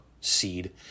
seed